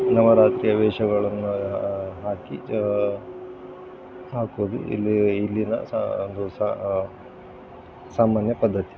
ನವರಾತ್ರಿಯ ವೇಷಗಳನ್ನು ಹಾಕಿ ಜೋ ಹಾಕೋದು ಇಲ್ಲಿ ಇಲ್ಲಿನ ಸಹ ಒಂದು ಸಾಮಾನ್ಯ ಪದ್ಧತಿ